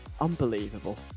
Unbelievable